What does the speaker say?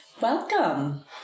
Welcome